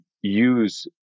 use